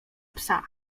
psa